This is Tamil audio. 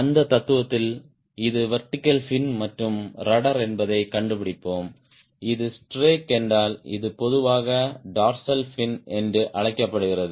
அந்த தத்துவத்தில் இது வெர்டிகல் பின் மற்றும் ரட்ட்ர் என்பதைக் கண்டுபிடிப்போம் இது ஸ்ட்ரேக் என்றால் இது பொதுவாக டார்சல் ஃபின் என்று அழைக்கப்படுகிறது